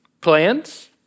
plans